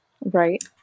Right